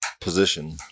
position